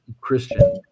christian